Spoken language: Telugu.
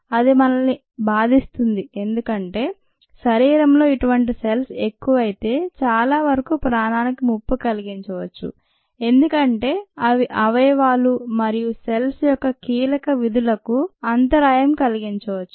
అది మనల్ని బాధిస్తుంది ఎందుకంటే శరీరంలో ఇటువంటి సెల్స్ ఎక్కువైతే చాలావరకు ప్రాణానికి ముప్పు కలిగించవచ్చు ఎందుకంటే అవి అవయవాలు మరియు సెల్స్ యొక్క కీలక విధులకు అంతరాయం కలిగించవచ్చు